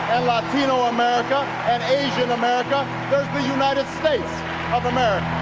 latino america, an asian america, there's the united states of america!